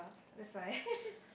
that's why